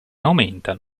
aumentano